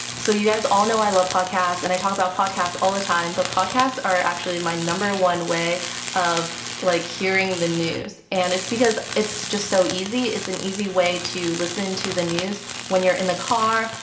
so you guys all know i love podcasts and i talk about podcasts all the time but podcasts are actually my one way of like hearing the news and it's because it's just so easy. easy. it's an easy way to listen to the news when you're in the car,